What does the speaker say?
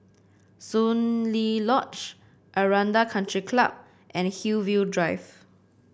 Soon Lee Lodge Aranda Country Club and Hillview Drive